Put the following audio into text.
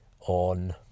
on